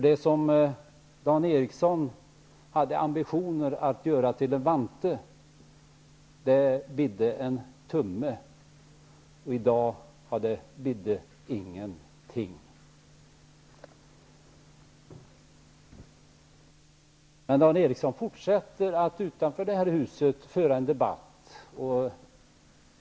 Det som Dan Ericsson hade ambitionen att göra till en vante bidde en tumme. I dag bidde det ingenting. Dan Ericsson fortsätter att utanför det här huset föra en debatt.